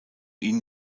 ihn